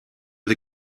the